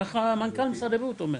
ככה מנכ"ל משרד הבריאות אומר.